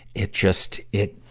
it just, it,